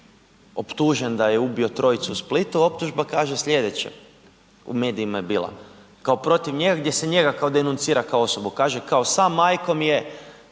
optužen da je ubio trojicu u Splitu. Optužba kaže slijedeće, u medijima je bila, kao protiv njega gdje se njega denuncira kao osobu, kaže kao sa majkom je